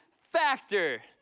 factor